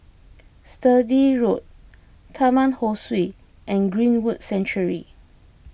Sturdee Road Taman Ho Swee and Greenwood Sanctuary